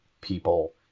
people